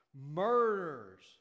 murders